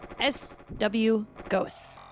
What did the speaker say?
SWGhosts